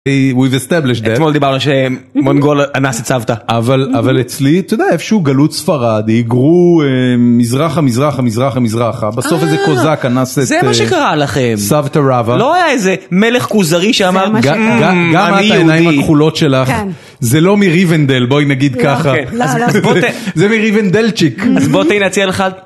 Eh, we've established... אתמול דיברנו שמונגול אנס את סבתא. אבל... אבל אצלי, אתה יודע, איפשהו גלות ספרד היגרו מזרחה מזרחה מזרחה מזרחה בסוף איזה קוזאק אנס את סבתא רבא... אה! זה מה שרה לכם. לא היה איזה מלך כוזרי שאמר... גם את, עם עיניים הכחולות שלך זה לא מריבנדל בואי נגיד ככה. זה מריבנדלצ'יק! אז בוא תייצר אחד...